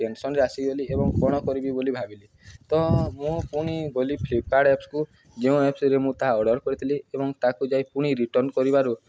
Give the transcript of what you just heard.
ଟେନସନ୍ରେ ଆସିଗଲି ଏବଂ କ'ଣ କରିବି ବୋଲି ଭାବିଲି ତ ମୁଁ ପୁଣି ଗଲି ଫ୍ଲିପକାର୍ଟ ଆପ୍ସକୁ ଯେଉଁ ଆପ୍ସରେ ମୁଁ ତାହା ଅର୍ଡ଼ର୍ କରିଥିଲି ଏବଂ ତାକୁ ଯାଇ ପୁଣି ରିଟର୍ଣ୍ଣ କରିବାରୁ